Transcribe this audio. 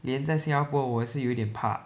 连在新加坡我也是有点怕